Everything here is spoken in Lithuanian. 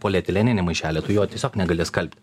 polietileninį maišelį tu jo tiesiog negali skalbti